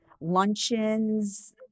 luncheons